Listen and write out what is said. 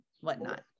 whatnot